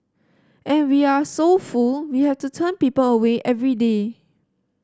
and we are so full we have to turn people away every day